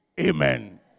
Amen